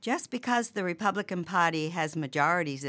just because the republican party has majorit